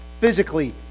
physically